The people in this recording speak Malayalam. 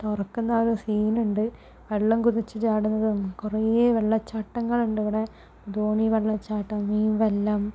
തുറക്കുന്ന ഒരു സീനുണ്ട് വെള്ളം കുതിച്ച് ചാടുന്നതും കുറേ വെള്ളച്ചാട്ടങ്ങളുണ്ട് ഇവിടെ ധോണി വെള്ളചാട്ടം മീൻ വല്ലം